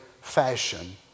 fashion